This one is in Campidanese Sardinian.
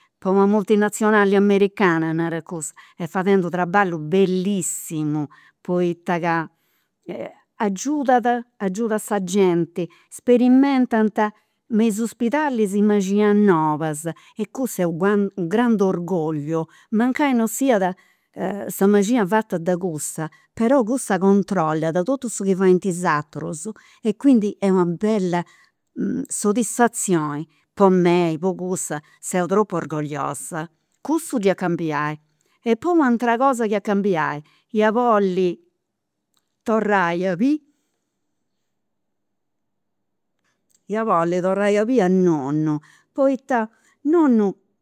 Po una multinazionali americana, narat cussa, est fadendi u' traballu bellissimu, poita ca agiudat, agiudat sa genti, sperimentant me is uspidalis i' mexinas nobas, e cussa est u' u' grandu orgogliu, mancai non siat sa mexina fata de cussa però cussa controllat totu su chi faint is aterus, e quindi est una bella soddisfazioni po mei, po cussa, seu tropu orgogliosa. Cussu dd'ia cambiai. E poi u'atera cosa chi ia cambiai, ia bolli torrai a biri ia bolli torrai a biri a nonnu, poita nonnu